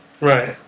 Right